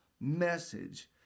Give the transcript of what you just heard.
message